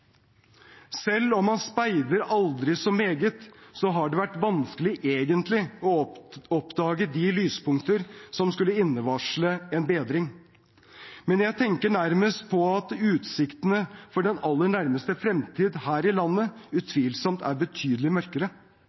om man speider aldri så meget, så har det vært vanskelig egentlig å opdage de lyspunkter som skulde innvarsle en bedring – men jeg tenker nærmest på at utsiktene for den aller nærmeste fremtid her i landet utvilsomt er betydelig mørkere.